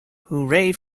hooray